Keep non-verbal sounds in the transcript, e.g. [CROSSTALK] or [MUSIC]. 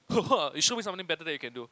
[LAUGHS] eh show me something better that you can do